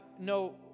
no